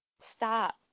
Stop